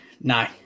No